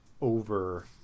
over